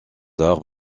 arts